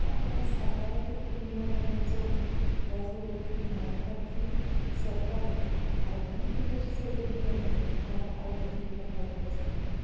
हा प्रवास सातारा ते पुणे या दरम्यानचा होता त्याचबरोबर महाराष्ट्रातील सरकारने अर्ध्या तिकिटाची सवलत दिल्यामुळे मला अर्ध्या तिकिटात हा प्रवास करता आला